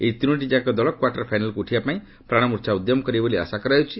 ଏହି ତିନୋଟିଯାକ ଦଳ କ୍ୱାର୍ଟର୍ ଫାଇନାଲ୍କୁ ଉଠିବାପାଇଁ ପ୍ରାଣମୂର୍ଚ୍ଛା ଉଦ୍ୟମ କରିବେ ବୋଲି ଆଶା କରାଯାଉଛି